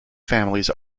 families